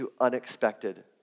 Unexpected